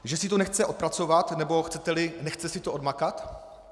Že si to nechce odpracovat, nebo, chceteli, nechce si to odmakat?